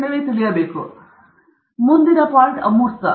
ಈಗ ಇಲ್ಲಿ ಮುಂದಿನ ಪಾಯಿಂಟ್ ಅಮೂರ್ತವಾಗಿದೆ